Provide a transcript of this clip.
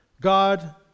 God